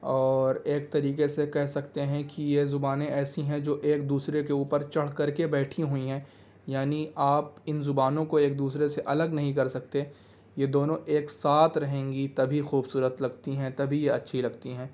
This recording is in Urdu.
اور ایک طریقے سے کہہ سکتے ہیں کہ یہ زبانیں ایسی ہیں جو ایک دوسرے کے اوپر چڑھ کر کے بیٹھی ہوئی ہیں یعنی آپ ان زبانوں کو ایک دوسرے سے الگ نہیں کر سکتے یہ دونوں ایک ساتھ رہیں گی تبھی خوبصورت لگتی ہیں تبھی یہ اچھی لگتی ہیں